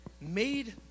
made